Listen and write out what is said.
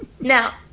Now